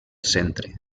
centre